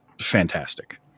fantastic